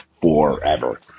forever